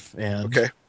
Okay